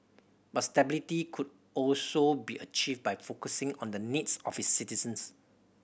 but stability could also be achieved by focusing on the needs of its citizens